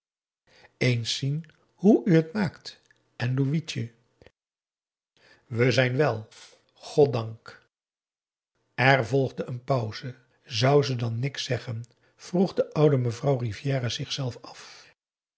eens zien hoe u het maakt en louitje we zijn wèl goddank er volgde een pauze zou ze dan niks zeggen vroeg de oude mevrouw rivière zich zelf af